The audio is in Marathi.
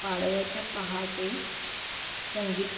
पाडव्याच्या पहाटे संगीत